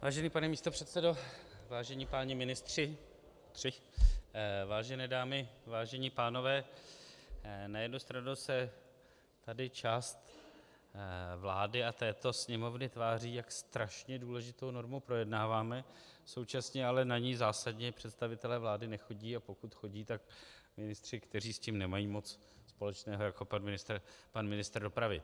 Vážený pane místopředsedo, vážení páni ministři tři , vážené dámy, vážení pánové, na jednu stranu se tady část vlády a této Sněmovny tváří, jak strašně důležitou normu projednáváme, a současně ale na ní zásadně představitelé vlády nechodí, a pokud chodí, tak ministři, kteří s tím nemají moc společného, jako pan ministr dopravy.